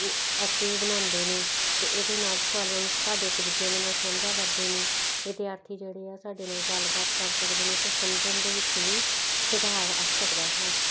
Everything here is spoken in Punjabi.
ਉਹ ਐਕਟਿਵ ਬਣਾਉਂਦੇ ਨੇ ਅਤੇ ਇਹਦੇ ਨਾਲ ਸਵਾਲਾਂ ਨੂੰ ਸਾਡੇ ਇੱਕ ਦੂਜਿਆਂ ਦੇ ਨਾਲ ਸਾਂਝਾ ਕਰਦੇ ਨੇ ਵਿਦਿਆਰਥੀ ਜਿਹੜੇ ਆ ਸਾਡੇ ਨਾਲ ਗੱਲਬਾਤ ਕਰ ਸਕਦੇ ਨੇ ਅਤੇ ਸਮਝਣ ਦੇ ਵਿੱਚ ਵੀ ਸੁਧਾਰ ਆ ਸਕਦਾ ਹੈ